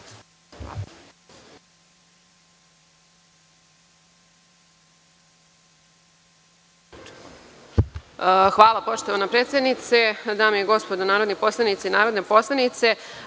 Hvala poštovana predsednice. Dame i gospodo narodni poslanici, narodne poslanice,